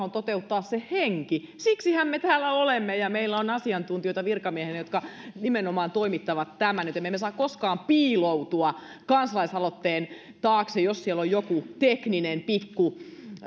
on toteuttaa se henki siksihän me täällä olemme ja meillä on asiantuntijoita virkamiehinä jotka nimenomaan toteuttavat tämän joten me emme saa koskaan piiloutua kansalaisaloitteen taakse jos siellä on joku tekninen pikku